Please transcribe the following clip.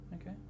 Okay